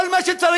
כל מה שצריך,